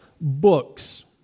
books